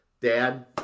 Dad